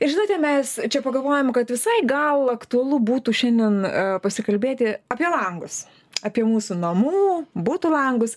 ir žinote mes čia pagalvojom kad visai gal aktualu būtų šiandien pasikalbėti apie langus apie mūsų namų butų langus